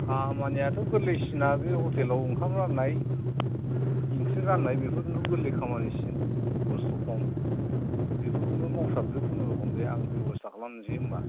खामानियाथ' गोरलै सिना बे हटेलाव ओंखाम राननाय ओंख्रि राननाय बेफोरनो गोरलै खामानिसिन खस्थ' खम बेफोरखौनो मावसाबदो खुनुरुखुम दे आं बेबस्था खालामनोसै होनबा